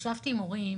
ישבתי עם הורים,